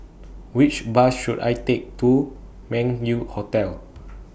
Which Bus should I Take to Meng Yew Hotel